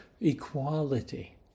equality